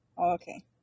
okay